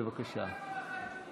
בבקשה.